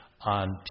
On